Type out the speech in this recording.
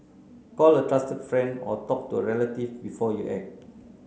call a trusted friend or talk to a relative before you act